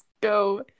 go